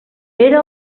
era